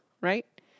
right